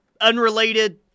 Unrelated –